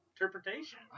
interpretation